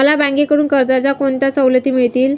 मला बँकेकडून कर्जाच्या कोणत्या सवलती मिळतील?